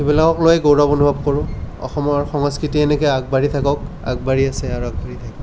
সেইবিলাকক লৈয়ে গৌৰৱ অনুভৱ কৰোঁ অসমৰ সংস্কৃতি এনেকৈ আগবাঢ়ি থাকক আগবাঢ়ি আছে আৰু অগবাঢ়ি থাকিব